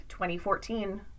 2014